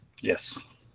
yes